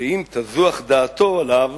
שאם תזוח דעתו עליו